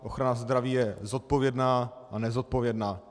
Ochrana zdraví je zodpovědná a nezodpovědná.